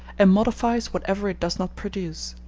and modifies whatever it does not produce.